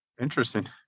Interesting